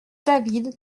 david